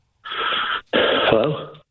Hello